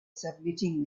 submitting